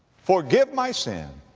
forgive my sin.